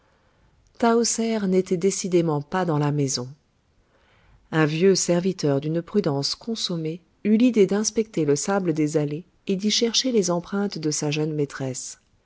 tahoser n'était décidément pas dans la maison un vieux serviteur d'une prudence consommée eut l'idée d'inspecter le sable des allées et d'y chercher les empreintes de sa jeune maîtresse